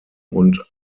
und